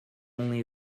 only